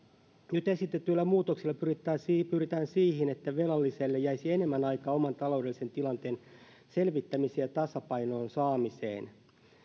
nyt esitetyillä muutoksilla pyritään siihen pyritään siihen että velalliselle jäisi enemmän aikaa oman taloudellisen tilanteen selvittämiseen ja tasapainoon saamiseen